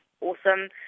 awesome